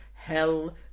Hell